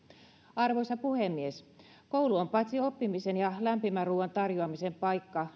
arvoisa puhemies koulu on paitsi oppimisen ja lämpimän ruoan tarjoamisen paikka